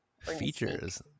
Features